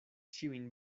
ĉiujn